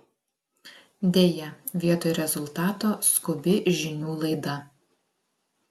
deja vietoj rezultato skubi žinių laida